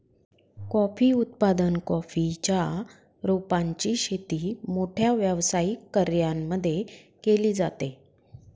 coffee उत्पादन, coffee च्या रोपांची शेती मोठ्या व्यावसायिक कर्यांमध्ये केली जाते